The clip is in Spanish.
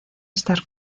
estar